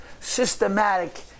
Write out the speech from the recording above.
Systematic